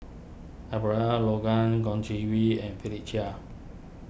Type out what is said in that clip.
Abraham Logan Chong Kee Hiong and Philip Chia